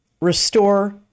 restore